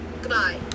goodbye